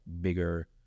bigger